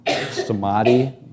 samadhi